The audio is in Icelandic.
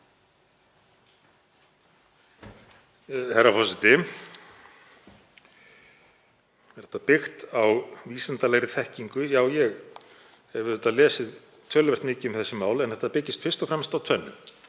Herra forseti. Er þetta byggt á vísindalegri þekkingu? Já, ég hef auðvitað lesið töluvert mikið um þessi mál, en þetta byggist fyrst og fremst á tvennu,